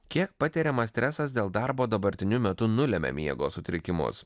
kiek patiriamas stresas dėl darbo dabartiniu metu nulemia miego sutrikimus